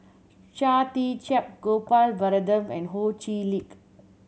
Chia Tee Chiak Gopal Baratham and Ho Chee Lick